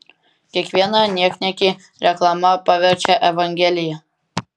kiekvieną niekniekį reklama paverčia evangelija